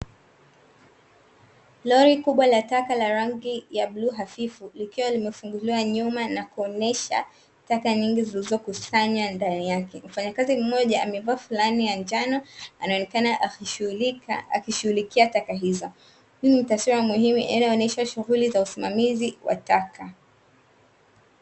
Lori kubwa la taka la rangi ya bluu hafifu, likiwa limefunguliwa nyuma na kuonesha taka nyingi zilizokusanywa ndani yake. Mfanyakazi mmoja amevaa fulana ya njano anayeokana akishughulikia taka hizo. Hii ni taswira muhimu inayoonesha shughuli za usimamizi wa taka.